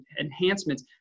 enhancements